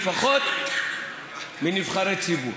לפחות מנבחרי ציבור.